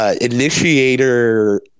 initiator